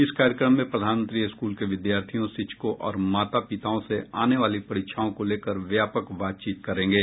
इस कार्यक्रम में प्रधानमंत्री स्कूल के विद्यार्थियों शिक्षकों और माता पिताओं से आने वाली परीक्षाओं को लेकर व्यापक बातचीत करेंगे